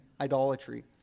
idolatry